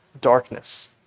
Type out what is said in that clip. darkness